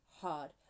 hard